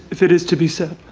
if it is to be said.